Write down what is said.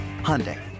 Hyundai